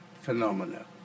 phenomena